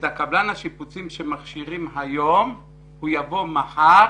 את קבלן השיפוצים שמכשירים היום הוא יבוא מחר